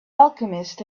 alchemist